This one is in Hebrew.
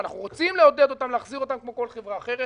אנחנו רוצים לעודד להחזיר אותם כמו כל חברה אחרת.